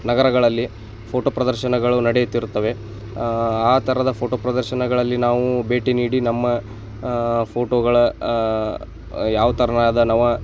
ನಗರಗಳಲ್ಲಿ ಫೋಟೊ ಪ್ರದರ್ಶನಗಳು ನಡೆಯುತ್ತಿರುತ್ತವೆ ಆ ತರದ ಫೋಟೊ ಪ್ರದರ್ಶನಗಳಲ್ಲಿ ನಾವು ಭೇಟಿ ನೀಡಿ ನಮ್ಮ ಫೋಟೋಗಳ ಯಾವ ತೆರ್ನಾದ ನವ